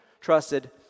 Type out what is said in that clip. trusted